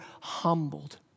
humbled